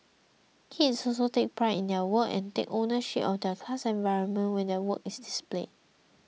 kids also take pride in their work and take ownership of their class environment when their work is displayed